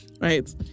Right